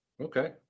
Okay